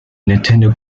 nintendo